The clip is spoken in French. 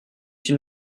une